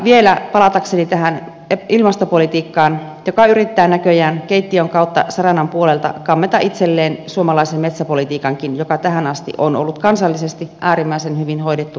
vielä palatakseni tähän ilmastopolitiikkaan joka yrittää näköjään keittiön kautta saranan puolelta kammeta itselleen suomalaisen metsäpolitiikankin joka tähän asti on ollut kansallisesti äärimmäisen hyvin hoidettu mielestäni